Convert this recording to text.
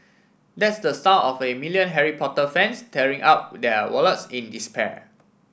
that's the sound of a million Harry Potter fans tearing up their wallets in despair